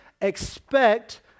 expect